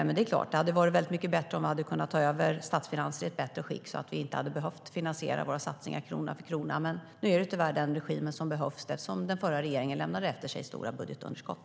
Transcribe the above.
Det är klart att det hade varit väldigt mycket bättre om vi hade kunnat ta över statsfinanser i ett bättre skick, så att vi inte hade behövt finansiera våra satsningar krona för krona. Men nu är det tyvärr den regimen som behövs eftersom den förra regeringen lämnade efter sig stora budgetunderskott.